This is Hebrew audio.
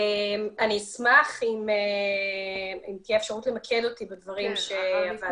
אני אשמח אם תהיה אפשרות למקד אותי בדברים שהוועדה